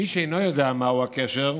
מי שאינו יודע מהו הקשר,